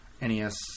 NES